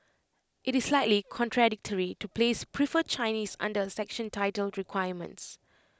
IT is slightly contradictory to place prefer Chinese under A section titled requirements